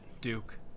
Duke